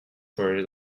for